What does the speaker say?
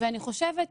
אני חושבת,